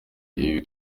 ibibi